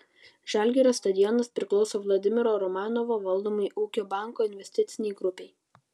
žalgirio stadionas priklauso vladimiro romanovo valdomai ūkio banko investicinei grupei